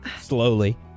slowly